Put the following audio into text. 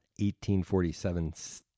1847